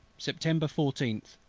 september fourteenth,